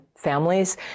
families